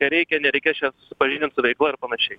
tereikia nereikės čia susipažindint su veikla ir panašiai